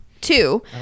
two